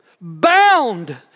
bound